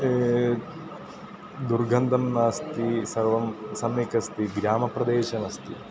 दुर्गन्धः नास्ति सर्वं सम्यक् अस्ति ग्रामप्रदेशमस्ति